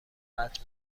قطع